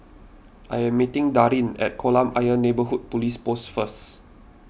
I am meeting Darrin at Kolam Ayer Neighbourhood Police Post first